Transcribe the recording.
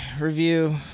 review